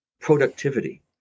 productivity